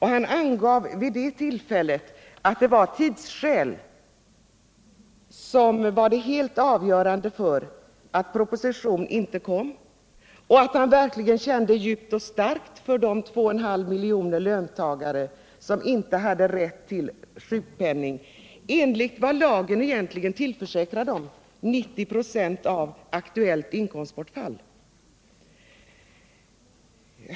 Han angav vid det tillfället att det var tidsskäl som var det helt avgörande för att propositionen inte kom och att han verkligen kände djupt och starkt för de 2,5 miljoner löntagare som inte hade rätt till sjukpenning enligt vad lagen egentligen tillförsäkrade dem, 90 96 av aktuellt inkomstbortfall.